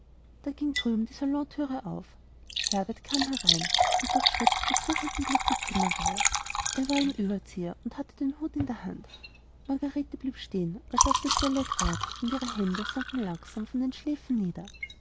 da ging drüben die salonthüre herbert kam herein und durchschritt mit suchendem blick die zimmerreihe er war im ueberzieher und hatte den hut in der hand margarete blieb stehen als er auf die schwelle trat und ihre hände sanken langsam von den schläfen nieder